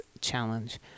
Challenge